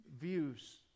views